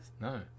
no